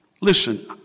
Listen